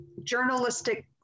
journalistic